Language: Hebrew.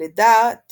לדעת